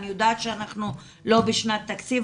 אני יודעת שאנחנו לא בשנת תקציב,